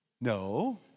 No